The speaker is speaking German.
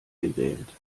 gewählt